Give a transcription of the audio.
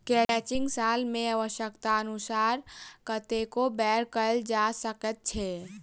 crutching साल मे आव्श्यकतानुसार कतेको बेर कयल जा सकैत छै